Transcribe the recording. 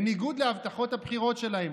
בניגוד להבטחות הבחירות שלהם.